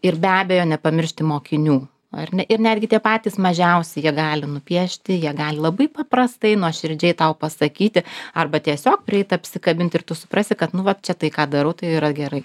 ir be abejo nepamiršti mokinių ar ne ir netgi tie patys mažiausi jie gali nupiešti jie gali labai paprastai nuoširdžiai tau pasakyti arba tiesiog prieit apsikabint ir tu suprasi kad nu vat čia tai ką darau tai yra gerai